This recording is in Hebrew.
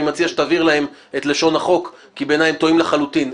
אני מציע שתעביר להם את לשון החוק כי בעיניי הם טועים לחלוטין.